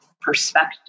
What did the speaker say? perspective